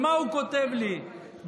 מה הוא כותב לי בתשובה?